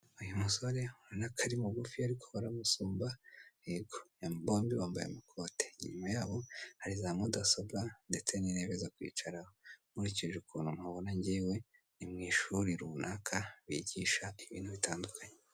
Uyu musore urabona ko ari mugufi ariko baramusumba, yego bombi bambaye amakote inyuma yaho hari za mudasobwa ndetse n'intebe zo kwicaraho. Nkurikije ukuntu mpabona ngewe ni mu ishuri runaka bigisha ibintu bitandukanye.